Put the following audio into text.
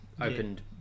opened